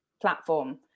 platform